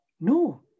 No